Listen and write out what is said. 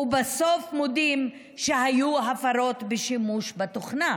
ובסוף מודים שהיו הפרות בשימוש בתוכנה.